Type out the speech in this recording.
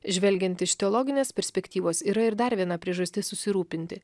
žvelgiant iš teologinės perspektyvos yra ir dar viena priežastis susirūpinti